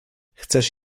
chcesz